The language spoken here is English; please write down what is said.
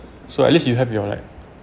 so at least you have your like